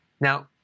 Now